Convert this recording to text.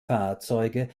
fahrzeuge